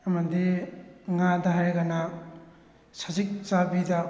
ꯑꯃꯗꯤ ꯉꯥꯗ ꯍꯥꯏꯔꯒꯅ ꯁꯖꯤꯛ ꯆꯥꯕꯤꯗ